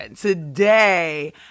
today